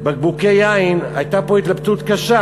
בקבוקי יין, הייתה פה התלבטות קשה,